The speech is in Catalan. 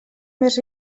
més